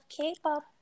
K-pop